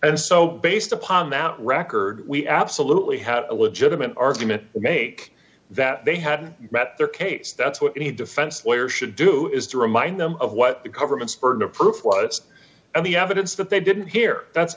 and so based upon that record we absolutely have a legitimate argument make that they had met their case that's what any defense lawyer should do is to remind them of what the government's burden of proof what's the evidence that they didn't hear that's